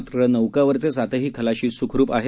मात्र नौकेवरचे सातही खलाशी सुखरूप आहेत